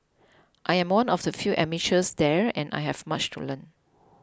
I am one of the few amateurs there and I have much to learn